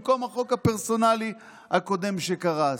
במקום החוק הפרסונלי הקודם שקרס.